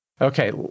Okay